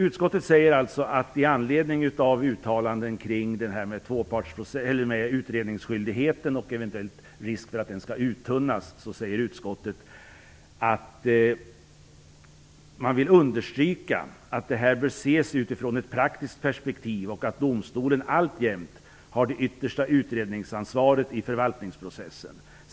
Utskottet säger alltså med anledning av uttalanden kring utredningsskyldigheten och eventuell risk för att den skall uttunnas: "Utskottet vill - understryka att detta bör ses utifrån ett praktiskt perspektiv och att domstolen alltjämt har det yttersta utredningsansvaret i förvaltningsprocessen.